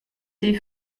des